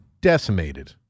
decimated